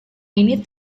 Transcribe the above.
ini